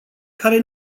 care